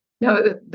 No